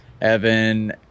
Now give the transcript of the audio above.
Evan